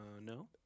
No